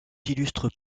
illustre